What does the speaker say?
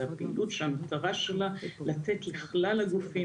זה הפעילות שהמטרה שלה לתת לכלל הגופים